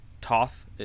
Toth